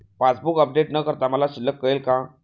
Passbook update न करता मला शिल्लक कळेल का?